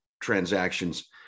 transactions